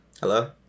Hello